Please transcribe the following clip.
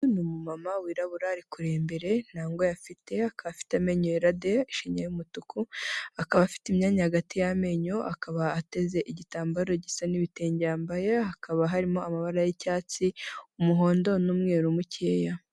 Uyu ni umumama wirabura, ari kureba imbere, nta ngohe afite, akaba afite amenyo yera de, ishinya y'umutuku, akaba afite imyanya hagati y'amenyo, akaba ateze igitambaro gisa n'ibitenge yambaye, hakaba harimo amabara y'icyatsi, umuhondo n'umweru mukeya.